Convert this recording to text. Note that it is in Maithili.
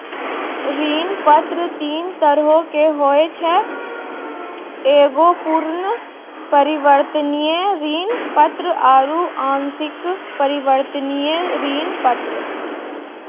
ऋण पत्र तीन तरहो के होय छै एगो पूर्ण परिवर्तनीय ऋण पत्र आरु आंशिक परिवर्तनीय ऋण पत्र